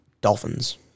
Dolphins